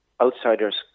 outsiders